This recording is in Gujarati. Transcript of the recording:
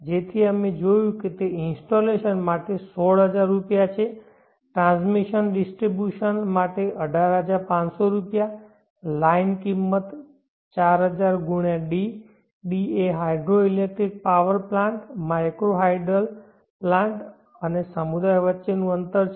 તેથી અમે જોયું કે તે ઇન્સ્ટોલેશન માટે 16000 રૂપિયા છે ટ્રાન્સમિશન ડિસ્ટ્રીબ્યુશન માટે 18500 રૂપિયા લાઇન કિંમત 4000 × d d એ hydro electric power plant micro hydel plant અને સમુદાય વચ્ચેનું અંતર છે